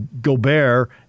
Gobert